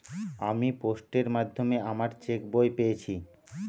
আমি পোস্টের মাধ্যমে আমার চেক বই পেয়েছি